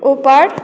ऊपर